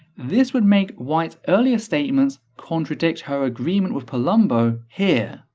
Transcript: this would make white's earlier statements contradict her agreement with polumbo here.